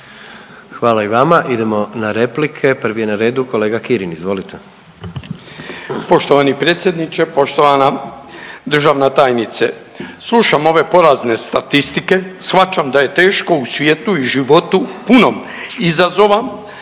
Hvala i vama. Idemo na replike, prvi je na redu kolega Kirin. Izvolite. **Kirin, Ivan (HDZ)** Poštovani predsjedniče, poštovana državna tajnice. Slušam ove porazne statistike, shvaćam da je teško i u životu punom izazova